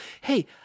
Hey